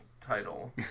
title